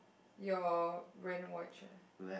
your red and white shirt